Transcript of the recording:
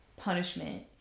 punishment